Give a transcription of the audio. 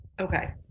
Okay